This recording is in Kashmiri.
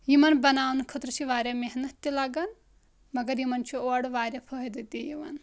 یِمن بناونہٕ خٲطرٕ چھِ واریاہ محنت تہِ لگان مگر یِم چھُ اورٕ واریاہ فٲیِدٕ تہِ یِوان